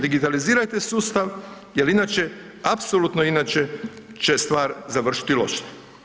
Digitalizirajte sustav jel inače, apsolutno inače će stvar završiti loše.